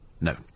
No